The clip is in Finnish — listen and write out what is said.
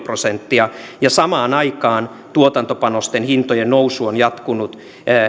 prosenttia ja samaan aikaan tuotantopanosten hintojen nousu on jatkunut